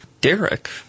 Derek